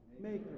maker